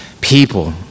people